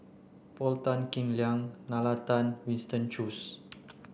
Paul Tan Kim Liang Nalla Tan Winston Choos